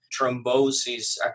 thrombosis